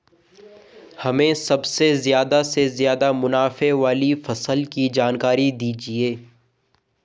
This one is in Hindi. हमें सबसे ज़्यादा से ज़्यादा मुनाफे वाली फसल की जानकारी दीजिए